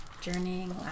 journeying